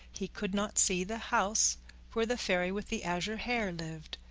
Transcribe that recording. he could not see the house where the fairy with the azure hair lived.